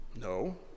No